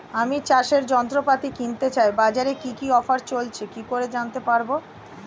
আমি চাষের যন্ত্রপাতি কিনতে চাই বাজারে কি কি অফার চলছে কি করে জানতে পারবো?